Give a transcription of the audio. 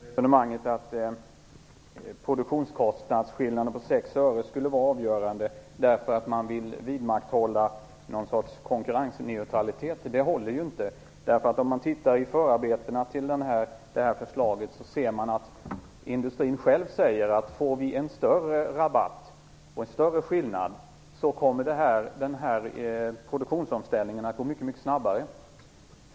Herr talman! Resonemanget om att produktionskostnadsskillnaden på 6 öre skulle vara avgörande därför att man vill vidmakthålla ett slags konkurrensneutralitet håller inte. Av förarbetena till det här förslaget framgår att industrin säger att om man får en större rabatt och en större skillnad kommer produktionsomställningen att gå mycket mycket snabbare.